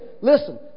Listen